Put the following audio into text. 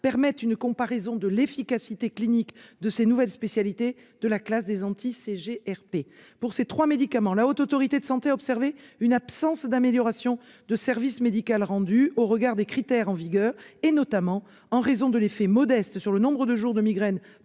permettent une comparaison de l'efficacité clinique de ces nouvelles spécialités de la classe des anti-CGRP. Pour ces trois médicaments, la Haute Autorité de santé a observé une absence d'amélioration du service médical rendu au regard des critères en vigueur, notamment en raison de l'effet modeste sur le nombre de jours de migraine